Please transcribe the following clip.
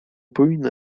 powinna